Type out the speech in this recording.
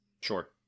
Sure